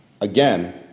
again